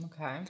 Okay